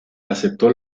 aceptó